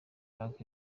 park